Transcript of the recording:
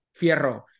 Fierro